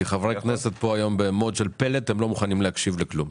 כי חברי הכנסת נמצאים היום במוד של פלט והם לא מוכנים להקשיב לכלום.